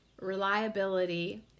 reliability